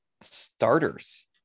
starters